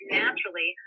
naturally